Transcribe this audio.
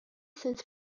сенс